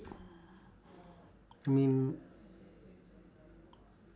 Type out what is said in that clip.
I mean